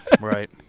right